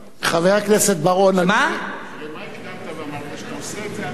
למה הקדמת ואמרת שאתה עושה את זה על אפך וחמתך?